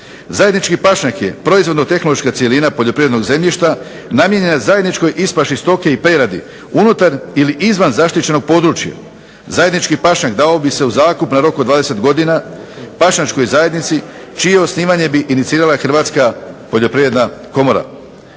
Zajednički pašnjak je proizvodno-tehnološka cjelina poljoprivrednog zemljišta namijenjena zajedničkoj ispaši stoke i peradi unutar ili izvan zaštićenog područja. Zajednički pašnjak dao bi se u zakup na rok od 20 godina pašnjačkoj zajednici čije bi osnivanje inicirala Hrvatska poljoprivredna komora.